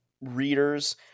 readers